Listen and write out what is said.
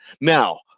Now